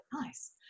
Nice